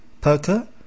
Perker